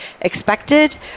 expected